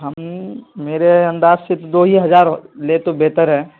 ہم میرے انداز سے تو دو ہی ہزار لے تو بہتر ہے